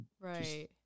right